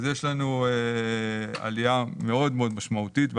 בשנת 2021 יש לנו עלייה מאוד מאוד משמעותית .